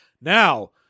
now